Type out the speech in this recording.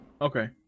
Okay